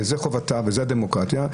זאת חובתה וזאת הדמוקרטיה,